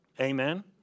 Amen